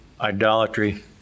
idolatry